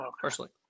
Personally